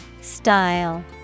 Style